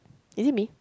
is it me